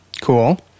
Cool